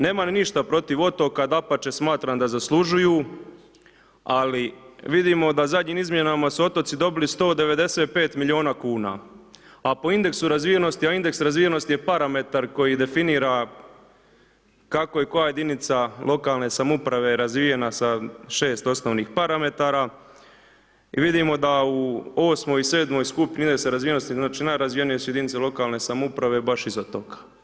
Nemam ništa protiv otoka, dapače, smatram da zaslužuju, ali vidimo da zadnjim izmjenama su otoci dobili 195 milijuna kuna, a po indeksu razvijenosti, a indeks razvijenosti je parametar koji definira kako i koja jedinica lokalne samouprave razvijena sa 6 osnovnih parametara, i vidimo da u 8. i 7. skupini indeksa razvijenosti, znači najrazvijenije su jedinice lokalne samouprave baš iza toga.